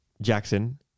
jackson